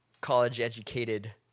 college-educated